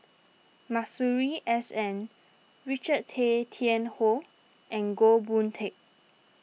Masuri S N Richard Tay Tian Hoe and Goh Boon Teck